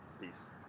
Peace